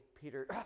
Peter